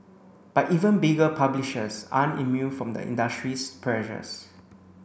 but even bigger publishers aren't immune from the industry's pressures